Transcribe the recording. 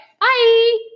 bye